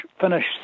finish